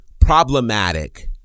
problematic